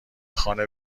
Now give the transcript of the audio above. خانه